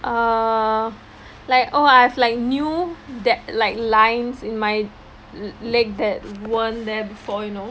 err like oh I have like new that like lines in my leg that weren't there before you know